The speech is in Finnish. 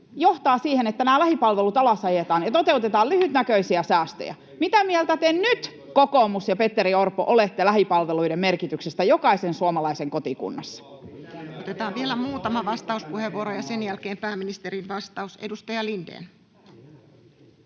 johtaa siihen, että nämä lähipalvelut alasajetaan ja toteutetaan lyhytnäköisiä säästöjä. Mitä mieltä te nyt, kokoomus ja Petteri Orpo, olette lähipalveluiden merkityksestä jokaisen suomalaisen kotikunnassa? Otetaan vielä muutama vastauspuheenvuoro ja sen jälkeen pääministerin vastaus. — Edustaja Lindén.